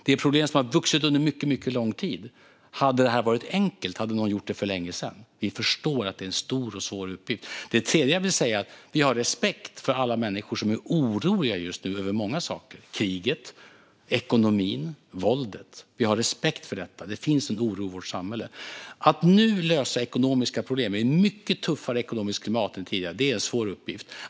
Det är problem som har vuxit under mycket lång tid. Hade detta varit enkelt hade någon gjort det för länge sedan. Vi förstår att det är en stor och svår uppgift. Det tredje jag vill säga är att vi har respekt för alla människor som är oroliga just nu över många saker: kriget, ekonomin, våldet. Vi har respekt för detta; det finns en oro i vårt samhälle. Att nu lösa ekonomiska problem i ett mycket tuffare ekonomiskt klimat än tidigare är en svår uppgift.